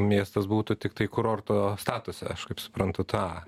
miestas būtų tiktai kurorto statuse aš kaip suprantu tą